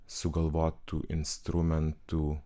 sugalvotų instrumentų